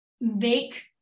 make